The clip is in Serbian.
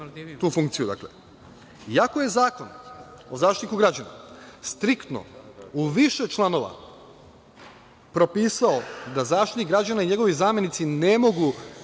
tu funkciju. Ako je Zakon o Zaštitniku građana striktno u više članova propisao da Zaštitnik građana i njegov zamenici ne mogu